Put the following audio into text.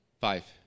Five